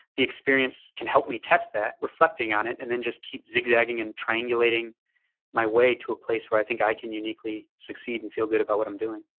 the experience can help me test that, reflecting on it and then just keep zigzagging and triangulating my way to a place where i think i can uniquely succeed and feel good about what i'm doing